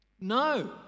No